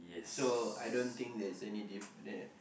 so I don't think there's any diff there